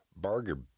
Barger